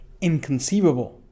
inconceivable